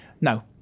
No